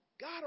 God